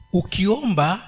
ukiomba